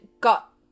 got